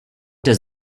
does